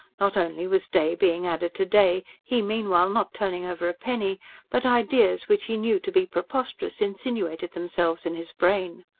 not only was day being added to day, he meanwhile not turning over a penny but ideas which he knew to be preposterous insinuated themselves in his brain.